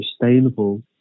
sustainable